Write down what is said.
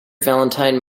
valentine